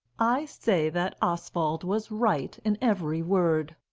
i say that oswald was right in every word.